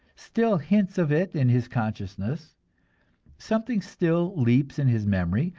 still hints of it in his consciousness something still leaps in his memory,